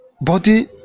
Body